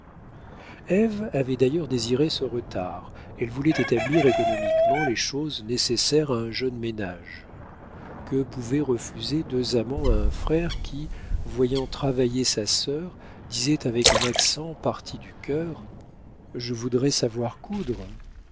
ève avait d'ailleurs désiré ce retard elle voulait établir économiquement les choses nécessaires à un jeune ménage que pouvaient refuser deux amants à un frère qui voyant travailler sa sœur disait avec un accent parti du cœur je voudrais savoir coudre